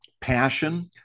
passion